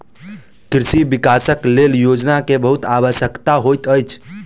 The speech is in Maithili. कृषि विकासक लेल योजना के बहुत आवश्यकता होइत अछि